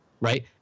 Right